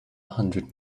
hundred